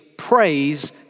praise